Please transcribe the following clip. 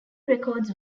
records